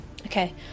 Okay